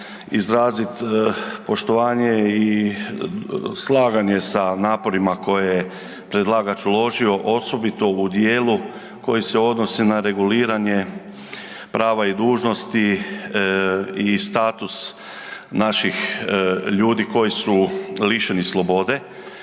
izraziti poštovanje i slaganje sa naporima koje je predlagač uložio osobito u dijelu koji se odnosi na reguliranje prava i dužnosti i status naših ljudi koji su lišeni slobode